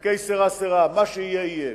ו-que sera sera, מה שיהיה יהיה?